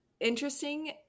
interesting